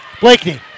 Blakeney